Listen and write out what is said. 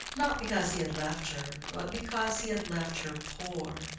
not because he had left her, but because he had left her poor.